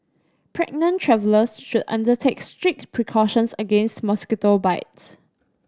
pregnant travellers should undertake strict precautions against mosquito bites